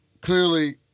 clearly